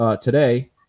Today